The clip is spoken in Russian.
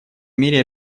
мере